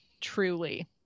Truly